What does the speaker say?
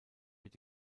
mit